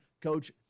Coach